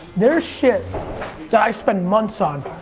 there's shit that i spend months on